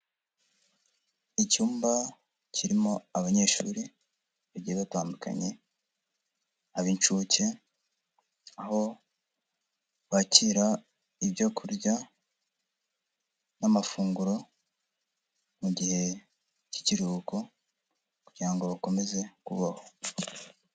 Icyumba kirimo abanyeshuri, bagiye batandukanye ab'incuke, aho bakira ibyo kurya, n'amafunguro, mu gihe cy'ikiruhuko, kugira ngo bakomeze kubaho.